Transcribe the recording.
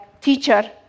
teacher